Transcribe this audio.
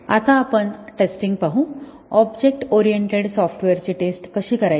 आता आपण टेस्टिंग पाहू ऑब्जेक्ट ओरिएंटेड सॉफ्टवेअरची टेस्ट कशी करायची